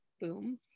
boom